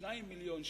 2 מיליון שקל,